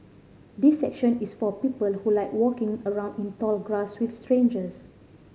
this session is for people who like walking around in tall grass with strangers